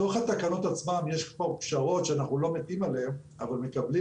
בתוך התקנות עצמן יש כבר פשרות שאנחנו לא מתים עליהן אבל מקבלים